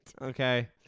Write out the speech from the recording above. Okay